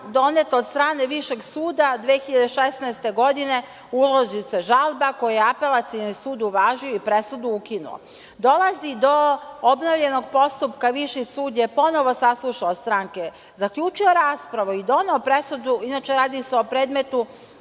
doneta od strane Višeg suda 2016. godine, uloži se žalba koju je Apelacioni sud uvažio i presudu ukinuo. Dolazi do obnovljenog postupka, Viši sud je ponovo saslušao stranke, zaključio raspravu i doneo presudu, inače radi se o predmetu